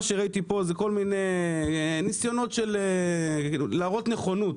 מה שראיתי פה זה כל מיני ניסיונות להראות נכונות,